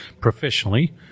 professionally